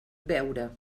veure